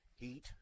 heat